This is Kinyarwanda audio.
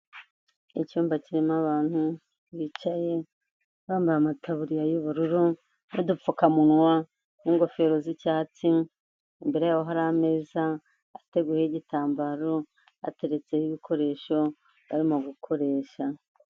Icyumba kirimo abantu bicaye bambaye amataburiya y'ubururu n'udupfukamunwa n'ingofero z'icyatsi, imbere y'abo hari ameza ateguyeho igitambaro hateretseho ibikoresho barimo gukoresha.